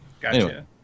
Gotcha